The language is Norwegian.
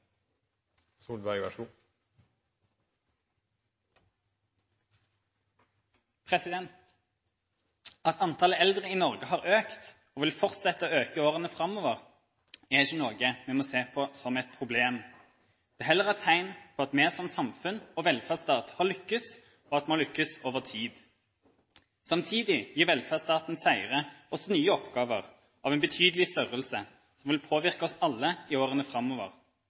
At antallet eldre i Norge har økt, og vil fortsette å øke i årene framover, er ikke noe vi må se på som et problem. Det er heller et tegn på at vi som samfunn og velferdsstat har lyktes, og at vi har lyktes over tid. Samtidig gir velferdsstatens seire oss nye oppgaver av en betydelig størrelse, som vil påvirke oss alle i årene framover.